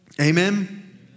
Amen